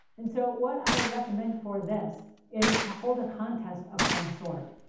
and so, what i recommend for this is to hold a contest of some sort.